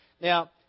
Now